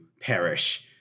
perish